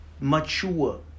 mature